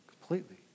Completely